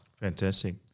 fantastic